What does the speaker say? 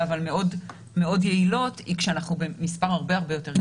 אבל מאוד מאוד יעילות היא כשאנחנו במספר הרבה-הרבה יותר קטן,